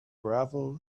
gravel